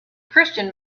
christian